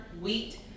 wheat